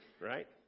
Right